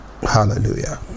hallelujah